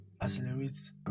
accelerates